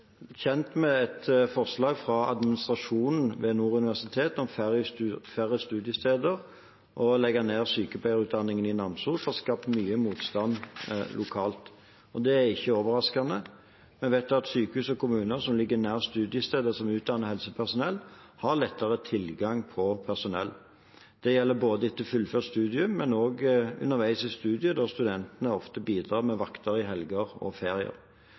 kjent med et forslag fra administrasjonen ved Nord universitet om færre studiesteder og å legge ned sykepleierutdanningen i Namsos, som har skapt mye motstand lokalt. Det er ikke overraskende. Vi vet at sykehus og kommuner som ligger nær studiesteder som utdanner helsepersonell, har lettere tilgang på personell. Det gjelder både etter fullført studium og underveis i studiet, da studentene ofte bidrar med vakter i helger og ferier.